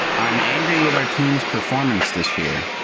i'm angry with our team's performance this year.